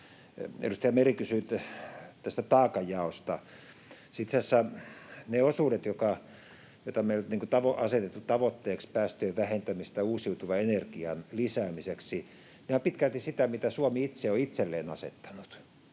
Edustaja Meri kysyi taakanjaosta. Itse asiassa ne osuudet, jotka me on asetettu tavoitteeksi päästöjen vähentämisestä uusiutuvan energian lisäämiseksi, ovat pitkälti sitä, mitä Suomi itse on itselleen asettanut,